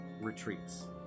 retreats